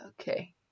okay